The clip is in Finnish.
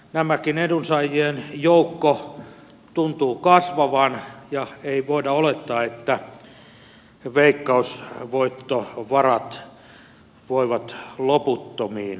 tämäkin edunsaajien joukko tuntuu kasvavan ja ei voida olettaa että veikkausvoittovarat voivat loputtomiin kasvaa